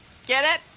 get it?